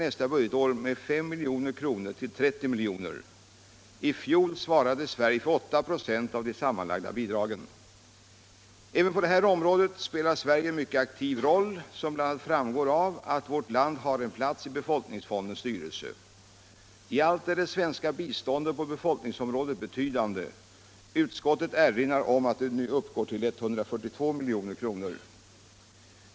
Även på detta område spelar Sverige en mycket aktiv roll. som bl.a. framgår av alt vårt land har en plats i befolkningsfondens styrelse. I allt är det svenska biståndet på befolkningsområdet betydande — utskottet erinrar om att det nu uppgår till 142 milj.kr.